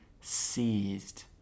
seized